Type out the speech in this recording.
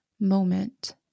moment